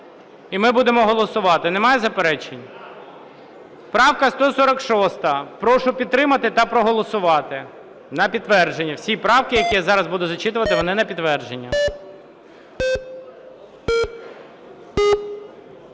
і ми будемо голосувати. Немає заперечень? Правка 146. Прошу підтримати та проголосувати. На підтвердження, всі правки, які я зараз я буду зачитувати, вони на підтвердження.